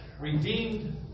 redeemed